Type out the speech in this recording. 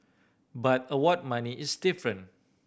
but award money is different